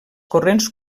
corrents